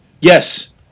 Yes